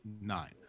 nine